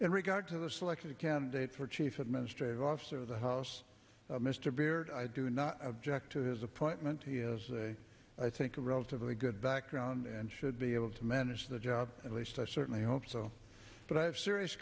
in regard to the selection of candidates for chief administrative officer of the house mr beard i do not object to his appointment he is i think a relatively good background and should be able to manage the job at least i certainly hope so but i have serious